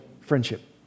friendship